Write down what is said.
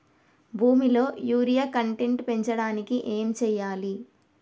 భూమిలో urea content పెంచడానికి ఏం చేయాలి?